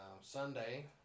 Sunday